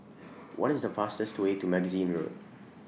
What IS The fastest Way to Magazine Road